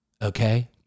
Okay